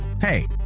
hey